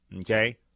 okay